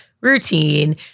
routine